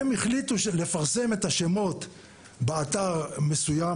הם החליטו לפרסם את השמות באתר מסוים,